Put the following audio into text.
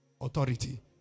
Authority